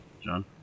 John